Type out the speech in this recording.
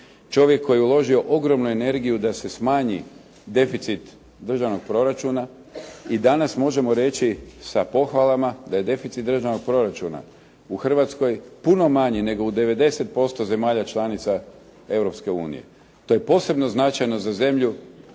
čovjek koji je uložio ogromnu energiju da se smanji deficit državnog proračuna i danas možemo reći sa pohvalama da je deficit državnog proračuna u Hrvatskoj puno manji nego u 90% zemalja članica EU. To je posebno značajno za zemlju